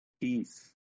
Peace